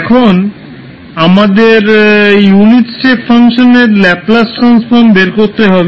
এখন আমাদের unit step ফাংশনের ল্যাপলাস ট্রান্সফর্ম বের করতে হবে